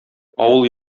авыл